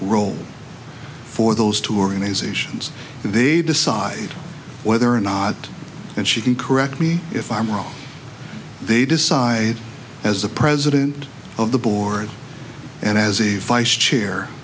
role for those two organizations and they decide whether or not and she can correct me if i'm wrong they decide as the president of the board and as a vice chair